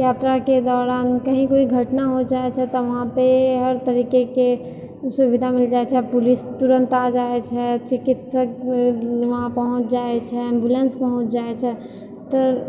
यात्राके दौरान कही कोइ घटना हो जाइत छै तऽ वहाँपर हर तरीकेँके सुविधा मिलि जाइत छै आओर पुलिस तुरन्त आ जाइत छै चिकित्सक वहाँ पहुँच जाइत छै एम्बुलेन्स वहाँ पहुँच जाइत छै तऽ